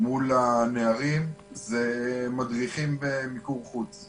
מול הנערים הם מדריכים במיקור חוץ.